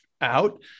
out